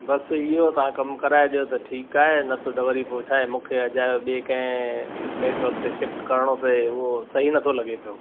बस इहो तव्हां कमु कराइजो त ठीकु आहे न त त वरी पोइ छा आहे मूंखे अजायो ॿिए कंहिं नेटवर्क ते शिफ्ट करिणो पए उहो सही नथो लॻे पियो